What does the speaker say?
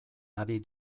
ari